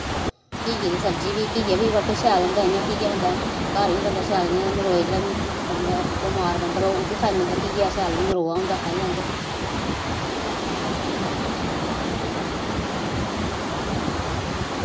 घिये दी सब्जी बी घिया बी बल्कि शैल होंदा इ'यां घिया बनदा घर बी बंदा शैल इ'यां नरोए जेह्ड़ा बमार बंदा होऐ ओह् बी खाई लैंदा घिया शैल इ'यां नरोआ होंदा खाई लैंदे